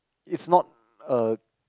it's not a